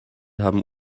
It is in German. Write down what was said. haben